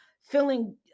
feeling